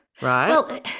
right